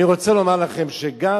אני רוצה לומר לכם שגם